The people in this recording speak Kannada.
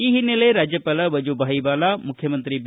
ಈ ಹಿನ್ನಲೆ ರಾಜ್ಜಪಾಲ ವಜೂಬಾಯಿ ವಾಲಾ ಮುಖ್ಯಮಂತ್ರಿ ಬಿ